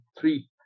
three